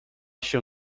się